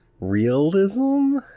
realism